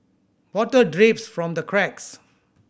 water drips from the cracks